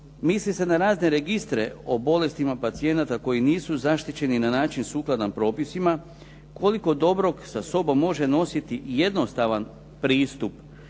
misli se na razne registre o bolestima pacijenata koji nisu zaštićeni na način sukladan propisima koliko dobrog sa sobom može nositi jednostavan pristup